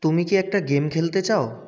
তুমি কি একটা গেম খেলতে চাও